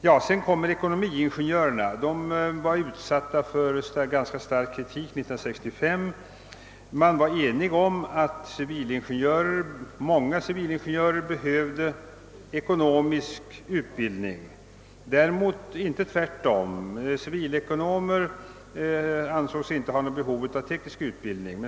Utbildningen av ekonomingenjörer utsattes för ganska stark kritik 1965. Man var enig om att många civilingenjörer behövde ekonomisk utbildning, däremot inte tvärtom — civilekonomer ansågs inte ha behov av teknisk utbildning.